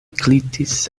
glitis